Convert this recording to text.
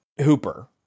Hooper